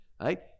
Right